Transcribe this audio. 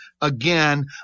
again